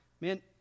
Man